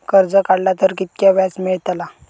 कर्ज काडला तर कीतक्या व्याज मेळतला?